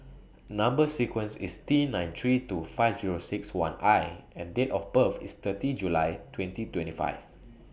Number sequence IS T nine three two five Zero six one I and Date of birth IS thirty July twenty twenty five